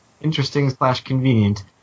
interesting-slash-convenient